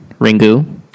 Ringu